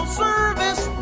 service